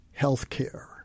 healthcare